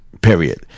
Period